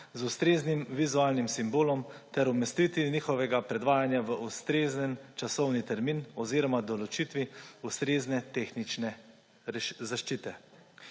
z ustreznim vizualnim simbolom ter umestitvi njihovega predvajanja v ustrezen časovni termin oziroma določitvi ustrezne tehnične zaščite.